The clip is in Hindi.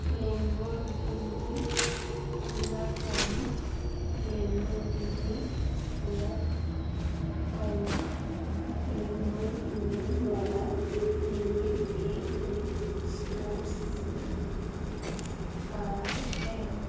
Lamborghini Huracan Lamborghini Huracan Lamborghini द्वारा निर्मित एक स्पोर्ट्स कार है